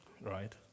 Right